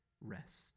Rest